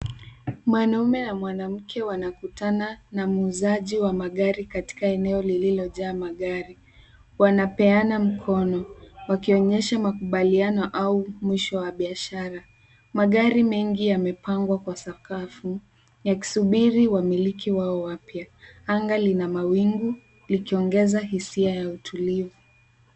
Mwanaume na mwanamke wanakutana na muuzaji wa magari katika eneo lililojaa magari. Wanapeana mkono wakionyesha makubaliano au mwisho wa biashara. Magari mengi yamepangwa kwa sakafu yakisubiri wamiliki wao wapya. Anga lina mawingu likiongeza hisia ya utulivu.